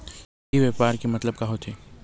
ई व्यवसाय के मतलब का होथे?